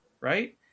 right